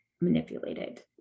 manipulated